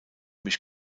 mich